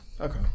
Okay